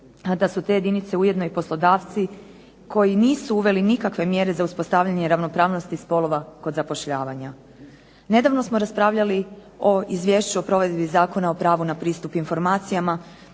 da su te jedinice ujedno i poslodavci koji nisu uveli nikakve mjere za uspostavljanje ravnopravnosti spolova kod zapošljavanja. Nedavno smo raspravljali o Izvješću o provedbi Zakona o pravu na pristup informacijama